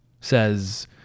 says